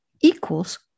equals